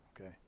Okay